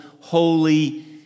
holy